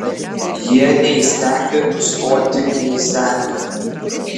jie neįstengia nustoti krizenę